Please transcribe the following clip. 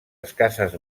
escasses